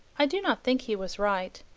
i do not think he was right,